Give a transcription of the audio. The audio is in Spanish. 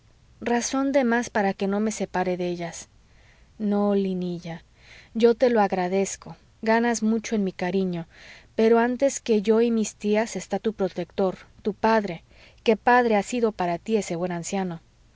razón de más para que no me separe de ellas no linilla yo te lo agradezco ganas mucho en mi cariño pero antes que yo y que mis tías está tu protector tu padre que padre ha sido para tí ese buen anciano